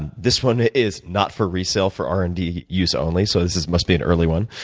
and this one is not for resale, for r and d use only, so this this must be an early one.